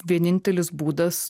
vienintelis būdas